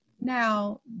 now